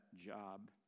job